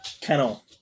Kennel